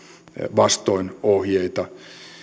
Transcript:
vastoin ohjeita